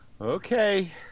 okay